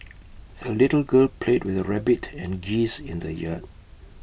the little girl played with her rabbit and geese in the yard